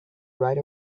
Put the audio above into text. right